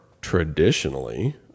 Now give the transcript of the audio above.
traditionally